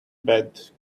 bed